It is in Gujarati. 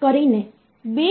તો તે વધુ સારું છે